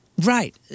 Right